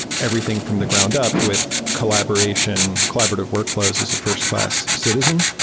everything from the ground up with collaboration, collaborative workfl ows as a fi rst-class citizen.